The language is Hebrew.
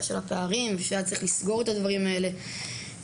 ושל הפערים,